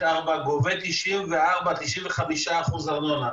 היינו צריכים לתת שירותים בהתאם לאחוזי הגבייה שגובים בהוצאה לפועל,